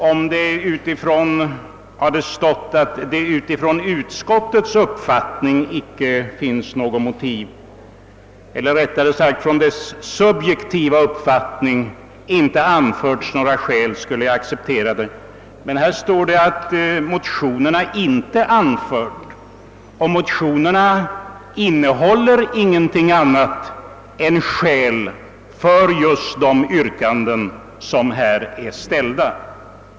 Om det stått att det utifrån utskottets subjektiva uppfattning inte har anförts några skäl, hade jag kunnat acceptera det. Men utskottet skriver att motionärerna inte anfört några skäl. Motionerna innehåller ingenting annat än skäl för de yrkanden som ställts.